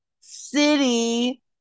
city